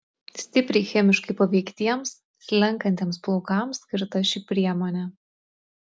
stipriai chemiškai paveiktiems slenkantiems plaukams skirta ši priemonė